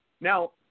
Now